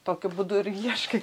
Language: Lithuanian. tokiu būdu ir ieškai